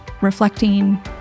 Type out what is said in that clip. reflecting